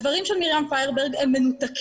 הדברים של מרים פיירברג הם מנותקים.